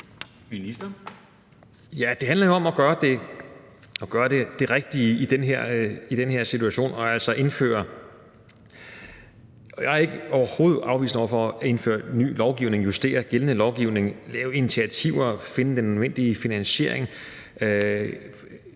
Det handler jo om at gøre det rigtige i den her situation. Jeg er overhovedet ikke afvisende over for at indføre ny lovgivning, justere gældende lovgivning, tage initiativer eller finde den nødvendige finansiering,